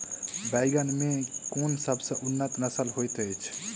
बैंगन मे केँ सबसँ उन्नत नस्ल होइत अछि?